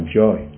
joy